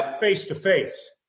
face-to-face